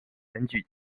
选举